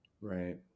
Right